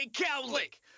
Cowlick